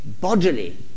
bodily